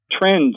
trends